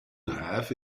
have